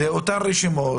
אלה אותן רשימות,